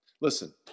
Listen